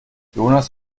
jonas